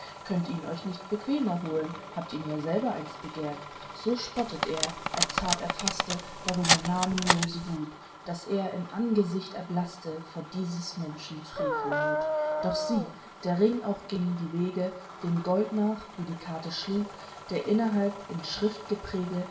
könnt ihn euch nicht bequemer holen habt ihn ja selber einst begehrt so spottet er edzard erfaßte darüber namenlose wuth daß er im angesicht erblaßte vor dieses menschen frevelmuth doch sieh der ring auch ging die wege dem gold nach wie die karte schlug der innerhalb in